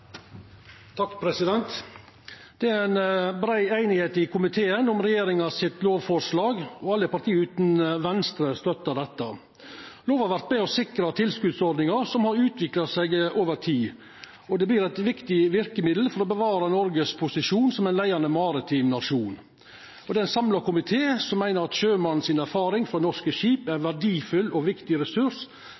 brei einigheit i komiteen om regjeringa sitt lovforslag, og alle parti, bortsett frå Venstre, støttar det. Lova vert med og sikrar at tilskotsordninga, som har utvikla seg over tid, vert eit viktig verkemiddel for å bevara Noregs posisjon som ein leiande maritim nasjon. Det er ein samla komité som meiner at erfaringa sjømenn har frå norske skip, er ein verdifull og viktig ressurs